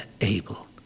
able